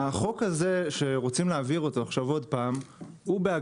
החוק הזה שרוצים להעביר עכשיו עוד פעם פוגע